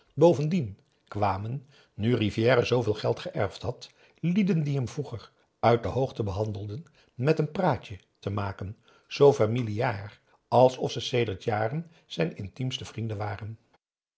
bovendien kwamen nu rivière zooveel geld geërfd had lieden die hem vroeger uit de hoogte behandelden met hem een praatje maken zoo familiaar alsof ze sedert jaren zijn intiemste vrienden waren